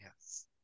Yes